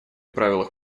правилах